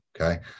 Okay